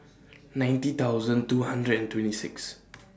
ninety thousand two hundred and twenty six